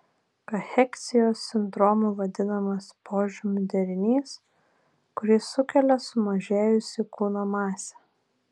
kacheksijos sindromu vadinamas požymių derinys kurį sukelia sumažėjusi kūno masė